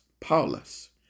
Paulus